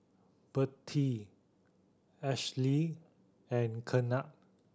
Bertie Ashely and Kennard